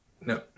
No